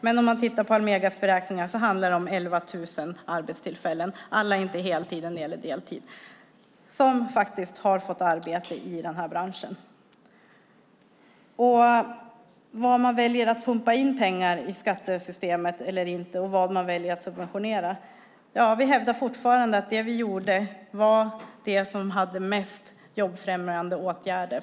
Men om man tittar på Almegas beräkningar handlar det om 11 000 arbetstillfällen. Alla är inte heltid. En del är deltid. Det är faktiskt så många som har fått arbete i den här branschen. När det gäller var man väljer att pumpa in pengar i skattesystemet eller inte och vad man väljer att subventionera hävdar vi fortfarande att det vi gjorde var det som innebar mest jobbfrämjande åtgärder.